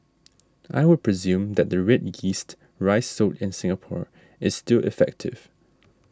I would presume that the red yeast rice sold in Singapore is still effective